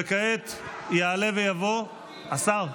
וכעת יעלה ויבוא השר,